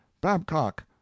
babcock